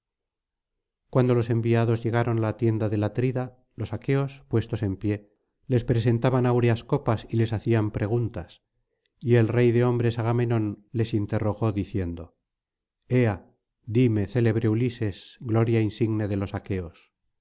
cuando los enviados llegaron á la tienda del atrida los aqueos puestos en pie les presentaban áureas copas y les hacían preguntas y el rey de hombres agamenón les interrogó diciendo ea dime célebre ulises gloria insigne de los aqueos